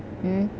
mm